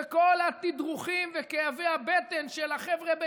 וכל התדרוכים וכאבי הבטן של החבר'ה בימינה: